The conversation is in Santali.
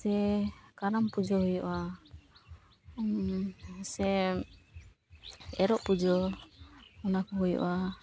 ᱥᱮ ᱠᱟᱨᱟᱢ ᱯᱩᱡᱟᱹ ᱦᱩᱭᱩᱜᱼᱟ ᱥᱮ ᱮᱨᱚᱜ ᱯᱩᱡᱟᱹ ᱚᱱᱟ ᱠᱚ ᱦᱩᱭᱩᱜᱼᱟ